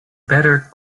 better